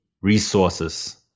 resources